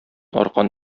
аркан